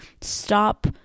stop